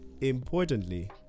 importantly